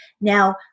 Now